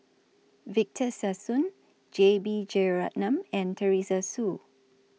Victor Sassoon J B Jeyaretnam and Teresa Hsu